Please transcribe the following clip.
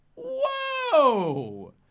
Whoa